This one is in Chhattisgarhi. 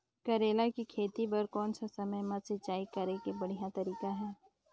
करेला के खेती बार कोन सा समय मां सिंचाई करे के बढ़िया तारीक हे?